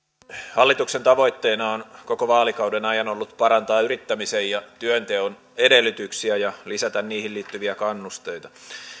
hallituksen tavoitteena on koko vaalikauden ajan ollut parantaa yrittämisen ja työnteon edellytyksiä ja lisätä niihin liittyviä kannusteita